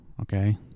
okay